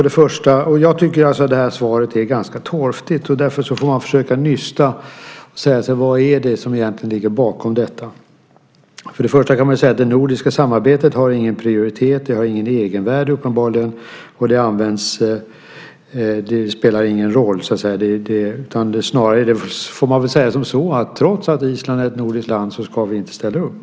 Det här svaret är alltså enligt min uppfattning ganska torftigt, och därför får man försöka nysta och se vad som egentligen ligger bakom detta. För det första kan man säga att det nordiska samarbetet inte har någon prioritet. Det har uppenbarligen inget egenvärde, och det spelar så att säga ingen roll. Snarare får man väl säga som så, att trots att Island är ett nordiskt land så ska vi inte ställa upp.